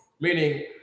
meaning